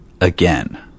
Again